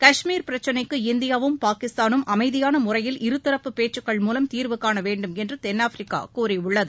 கஷ்மீர் பிரச்னைக்கு இந்தியாவும் பாகிஸ்தானும் அமைதியான முறையில் இருதரப்பு பேச்சுக்கள் மூலம் தீர்வு காண வேண்டுமென்று தென்னாப்பிரிக்கா கூறியுள்ளது